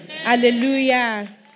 Hallelujah